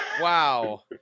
Wow